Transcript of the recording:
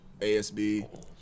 ASB